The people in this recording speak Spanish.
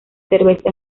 cerveza